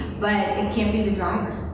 but it can be the driver.